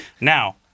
Now